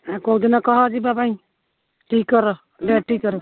ଆଉ କୋଉଦିନ କ ଯିବା ପାଇଁ ଠିକ୍ କର ଡେଟ୍ ଠିକ୍ କର